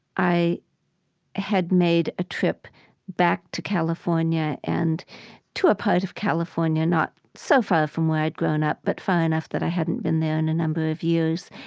i had made a trip back to california and to a part of california not so far from where i'd grown up but far enough that i hadn't been there in a number of years.